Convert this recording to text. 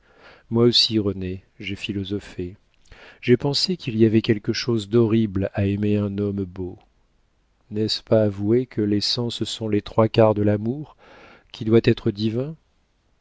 moi aussi renée j'ai philosophé j'ai pensé qu'il y avait quelque chose d'horrible à aimer un homme beau n'est-ce pas avouer que les sens sont les trois quarts de l'amour qui doit être divin